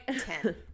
Ten